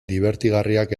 dibertigarriak